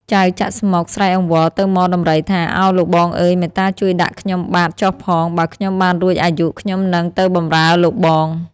ចៅ ចាក់ស្មុគ ស្រែកអង្វរទៅហ្មដំរីថា “ឱលោកបងអើយ មេត្តាជួយដាក់ខ្ញុំបាទ ចុះផង បើខ្ញុំបានរួចអាយុ ខ្ញុំនឹងទៅបំរើលោកបង”។